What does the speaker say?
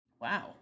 wow